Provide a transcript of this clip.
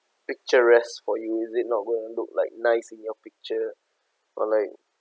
picturesque for you is it not going to look like nice in your picture or like